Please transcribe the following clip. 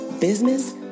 business